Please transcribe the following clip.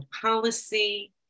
policy